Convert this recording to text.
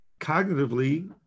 Cognitively